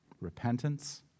repentance